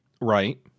Right